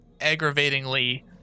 aggravatingly